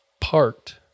parked